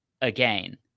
again